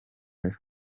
life